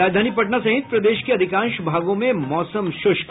और राजधानी पटना सहित प्रदेश के अधिकांश भागों में मौसम शुष्क